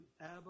Abba